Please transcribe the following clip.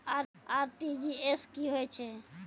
RTGS की होय छै?